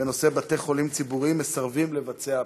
בנושא: בתי-חולים ציבוריים מסרבים לבצע הפלות.